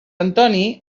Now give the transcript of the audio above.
antoni